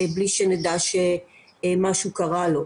בלי שנדע שמשהו קרה לו?